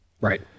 Right